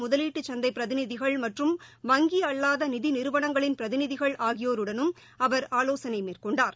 முதலீட்டுச் சந்தை பிரதிநிதிகள் மற்றும் வங்கி அல்வாத நிதி நிறுவனங்களின் பிரதிநிதிகள் ஆகியோருடனும் அவர் ஆலோசனை மேற்கொண்டார்